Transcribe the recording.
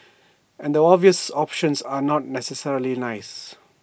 and the obvious options are not necessarily nice